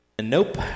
Nope